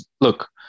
Look